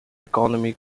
economy